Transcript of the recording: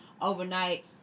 overnight